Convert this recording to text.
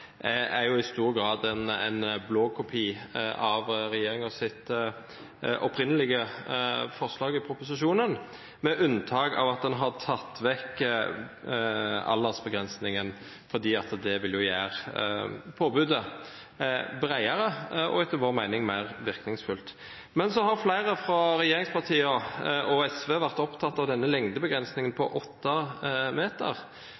en jo lagt stor vekt på de lovtekniske vurderingene som departementet har gjort, og det forslaget som ser ut til å få flertall i dag, er i stor grad en blåkopi av regjeringens opprinnelige forslag i proposisjonen – med unntak av at en har tatt vekk aldersbegrensningen; det ville gjøre påbudet bredere og etter vår mening mer virkningsfullt. Men så har flere fra regjeringspartiene og SV